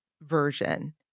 version